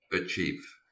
achieve